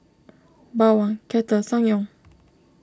Bawang Kettle Ssangyong